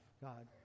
God